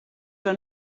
que